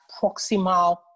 proximal